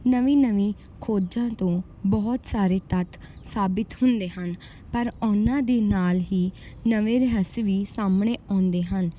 ਨਵੀਂ ਨਵੀਂ ਖੋਜਾਂ ਤੋਂ ਬਹੁਤ ਸਾਰੇ ਤੱਤ ਸਾਬਤ ਹੁੰਦੇ ਹਨ ਪਰ ਉਹਨਾਂ ਦੇ ਨਾਲ ਹੀ ਨਵੇਂ ਰਹੱਸ ਵੀ ਸਾਹਮਣੇ ਆਉਂਦੇ ਹਨ